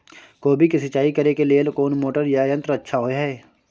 कोबी के सिंचाई करे के लेल कोन मोटर या यंत्र अच्छा होय है?